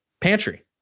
pantry